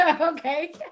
Okay